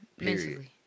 Mentally